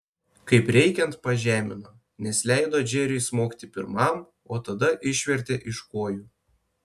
kaip reikiant pažemino nes leido džeriui smogti pirmam o tada išvertė iš kojų